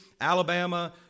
Alabama